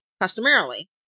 customarily